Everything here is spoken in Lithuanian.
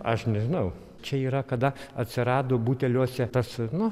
aš nežinau čia yra kada atsirado buteliuose tas nu